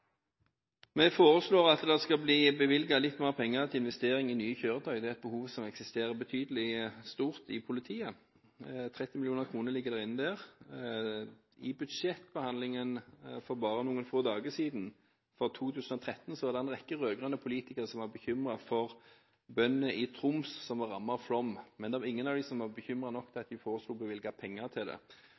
Vi foreslår at det skal bli bevilget litt mer penger til investering i nye kjøretøy. Det er et behov i politiet som er betydelig. 30 mill. kr ligger det inne her. I budsjettbehandlingen for 2013 for bare noen få dager siden var det en rekke rød-grønne politikere som var bekymret for bøndene i Troms som var rammet av flom, men det var ingen av dem som var bekymret nok til at de foreslo å bevilge penger til dem. Vi foreslo at med det